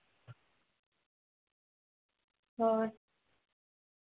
ᱦᱳᱭ